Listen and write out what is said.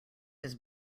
his